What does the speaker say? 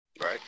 Right